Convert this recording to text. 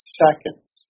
seconds